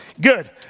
Good